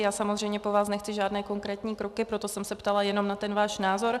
Já samozřejmě po vás nechci žádné konkrétní kroky, proto jsem se ptala jenom na váš názor.